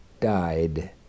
died